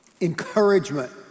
encouragement